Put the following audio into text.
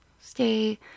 stay